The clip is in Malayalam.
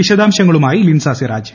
വിശദാംശങ്ങളുമായി ലിൻസ സിറാജ്